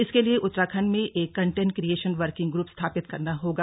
इसके लिए उत्तराखंड में एक कंटेंट क्रियेशन वर्किंग ग्रूप स्थापित करना होगा